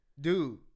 Dude